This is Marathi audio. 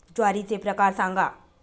ज्वारीचे प्रकार सांगा